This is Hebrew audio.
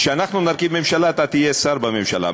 כשאנחנו נרכיב ממשלה אתה תהיה שר בממשלה.